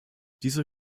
diese